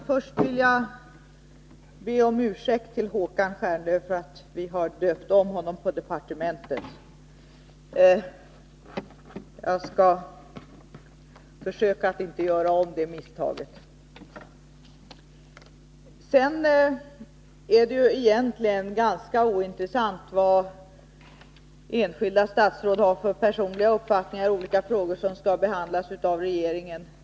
Fru talman! Först vill jag be Håkan Stjernlöf om ursäkt för att vi på departementet har döpt om honom. Jag skall försöka att inte göra om det misstaget. Det är egentligen ganska ointressant vilka personliga uppfattningar enskilda statsråd har i de olika frågor som skall behandlas av regeringen.